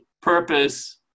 purpose